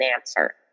answer